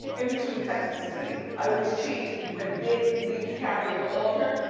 in between sex and the city. i always change when big leaves carrie at the altar.